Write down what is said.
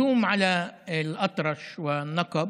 המתקפה על אל-אטרש ועל הנגב